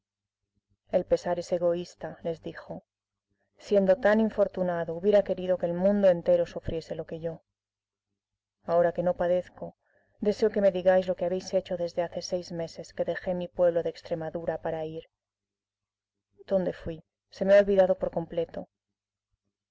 el pesar es egoísta les dijo siendo tan infortunado hubiera querido que el mundo entero sufriese lo que yo ahora que no padezco deseo me digáis lo que habéis hecho desde hace seis meses que dejé mi pueblo de extremadura para ir dónde fui se me ha olvidado por completo